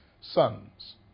sons